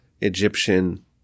Egyptian